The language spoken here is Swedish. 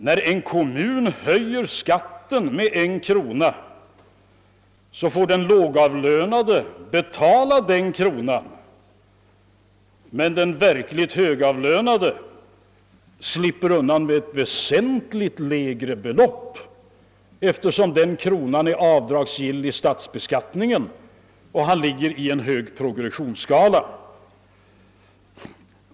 När en kommun höjer skatten med 1 krona får den lågavlönade betala det mesta av kronan, medan den verkligt högavlönade slipper undan med ett väsentligt lägre belopp, eftersom kronan är avdragsgill vid statsbeskattningen och han ligger högt på progressionsskalan.